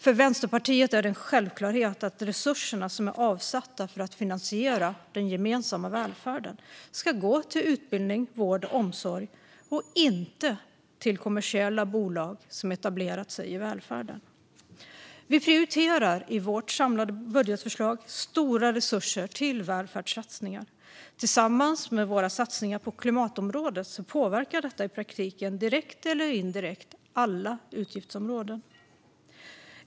För Vänsterpartiet är det en självklarhet att resurserna som är avsatta för att finansiera den gemensamma välfärden ska gå till utbildning, vård och omsorg och inte till kommersiella bolag som har etablerat sig i välfärden. I vårt samlade budgetförslag prioriterar vi stora resurser till välfärdssatsningar. Tillsammans med våra satsningar på klimatområdet påverkar detta i praktiken direkt eller indirekt alla utgiftsområden.